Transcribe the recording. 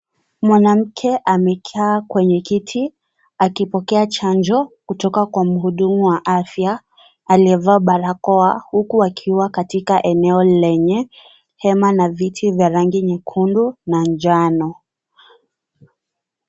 Mwanamke amekaa kwenye kiti akipokea chanjo kutoka kwa mhudumu wa afya aliyevaa barakoa huku akikuwa katika eneo lenye hema na viti vya rangi nyekundu na njano.